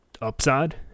upside